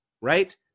Right